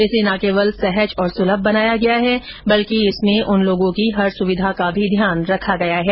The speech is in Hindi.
इसे ना केवल सहज और सुलभ बनाया गया है बल्कि इसमें उन लोगों की हर सुविधा का भी ध्यान रखा गया है